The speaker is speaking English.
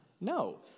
No